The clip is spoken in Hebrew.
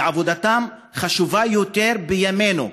ועבודתם חשובה יותר בימינו,